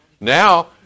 Now